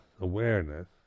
awareness